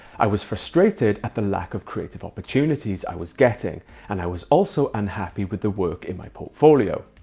i was frustrated at the lack of creative opportunities i was getting and i was also unhappy with the work in my portfolio.